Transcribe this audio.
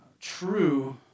true